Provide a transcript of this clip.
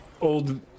Old